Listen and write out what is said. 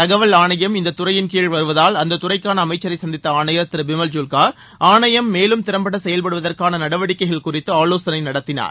தகவல் ஆணையம் இந்த துறையின் கீழ் வருவதால் அந்த துறைக்கான அமைச்சரை சந்தித்த ஆணையர் திரு பிமல் ஜுல்கா ஆணையம் மேலும் திறம்பட செயல்படுவதற்கான நடவடிக்கைகள் குறித்து ஆலோசனை நடத்தினார்